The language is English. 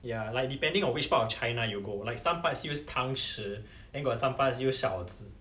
ya like depending on which part of china you go like some parts use 汤匙 then got some parts use 勺子